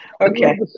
Okay